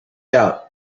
out